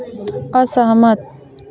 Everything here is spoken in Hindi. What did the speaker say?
असहमत